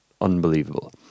unbelievable